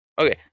Okay